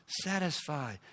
satisfy